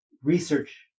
Research